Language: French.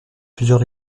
plusieurs